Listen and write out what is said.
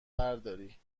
برداری